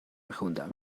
میخوندم